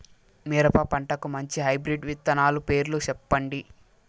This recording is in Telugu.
మిరప పంటకు మంచి హైబ్రిడ్ విత్తనాలు పేర్లు సెప్పండి?